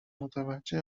متوجه